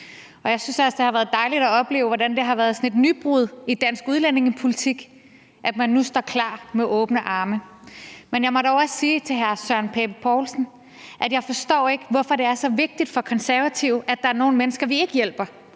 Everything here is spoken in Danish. det har været dejligt at opleve, hvordan det sådan har været et nybrud i dansk udlændingepolitik, at man nu står klar med åbne arme. Men jeg må dog også sige til hr. Søren Pape Poulsen, at jeg ikke forstår, hvorfor det er så vigtigt for De Konservative, at der er nogle mennesker, som flygter